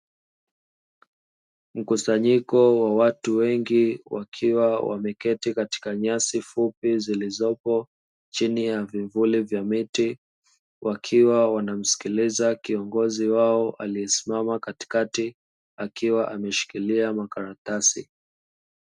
Mkusanyiko wa watu wengi wakiwa wameketi katika nyasi fupi zilizopo chini ya vimvuli vya miti, wakiwa wanamsikiliza kiongozi wao aliyesimama katikati akiwa ameshikilia makaratasi.